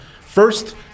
First